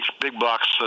big-box